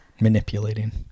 Manipulating